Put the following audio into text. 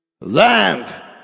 Lamp